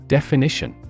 Definition